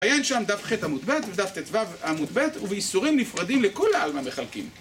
עיין שם דף ח עמוד ב ודף טו עמוד ב ובאיסורים נפרדים לכולי עלמא מחלקים